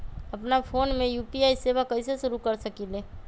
अपना फ़ोन मे यू.पी.आई सेवा कईसे शुरू कर सकीले?